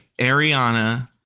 Ariana